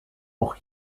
auch